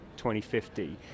2050